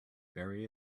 bury